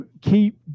keep